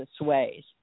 ways